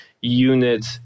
unit